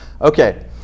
Okay